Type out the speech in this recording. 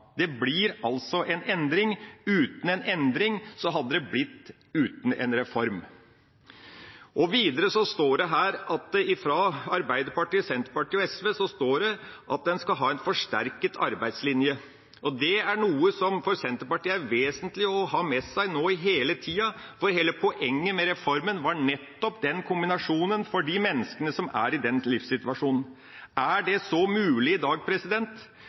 Det blir en endring. Uten en endring hadde det ikke blitt en reform. Videre i innstillinga sier Arbeiderpartiet, Senterpartiet og SV at en skal ha en forsterket arbeidslinje. Det er noe som det for Senterpartiet er vesentlig å ha med seg hele tida, for hele poenget med reformen var nettopp den kombinasjonen for de menneskene som er i den livssituasjonen. Er det mulig i dag?